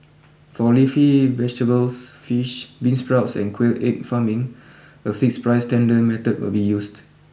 for leafy vegetables fish beansprouts and quail egg farming a fixed price tender method will be used